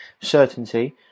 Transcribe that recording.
certainty